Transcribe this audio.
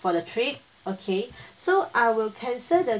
for the trip okay so I will cancel the